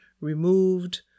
removed